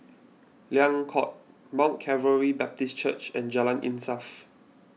Liang Court Mount Calvary Baptist Church and Jalan Insaf